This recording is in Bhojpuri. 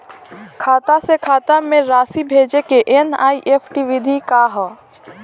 खाता से खाता में राशि भेजे के एन.ई.एफ.टी विधि का ह?